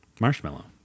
Marshmallow